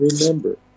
remember